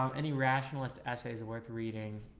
um any rationalist essays worth reading?